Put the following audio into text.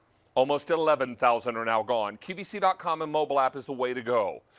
almost eleven thousand are now gone. qvc dot com and mobile app is the way to go.